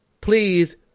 please